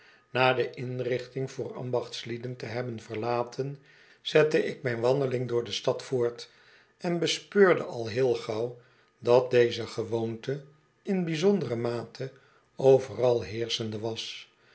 na de inrichting voor ambachtslieden te hebben verlaten zette ik mijn wandeling dooide stad voort en bespeurde al heel gauw dat deze gewoonte in bijzondere mate overal heerschende was